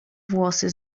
włosy